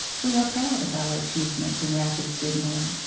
we are proud of our achievements in rapid signalling,